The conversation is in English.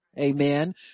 Amen